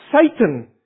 Satan